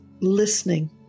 listening